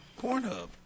Pornhub